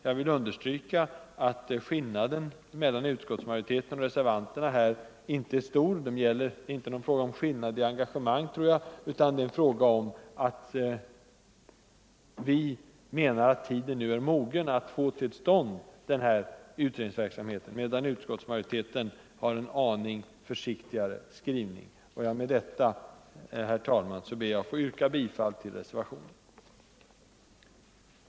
Jag vill understryka att skillnaden mellan utskottsmajoriteten och reservanterna inte är stor. Det finns nog inte någon skillnad i engagemang, utan vad det är fråga om är att vi reservanter menar att tiden nu är mogen att få till stånd denna utred ningsverksamhet, medan utskottsmajoriteten har en något försiktigare Nr 120 skrivning. |: i ; Onsdagen den Med detta, herr talman, ber jag att få yrka bifall till reservationen.